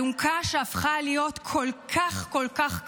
אלונקה שהפכה להיות כל כך כל כך כבדה.